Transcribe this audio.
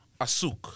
Asuk